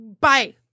Bye